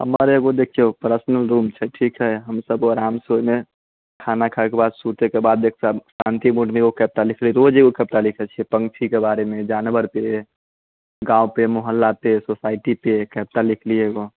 हमर एगो देखियौ पर्सनल रूम छै ठीक है हम सभ आराम से ओहिमे खाना खाएके बाद सुतयैके बाद एकटा शान्ति मोडमे एगो कविता लिखली तऽ ओ जे कविता लिखैत छी पंक्षीके बारेमे जानवरपे गाँवपे मोहल्लापे सोसाइटीपे कविता लिखली एगो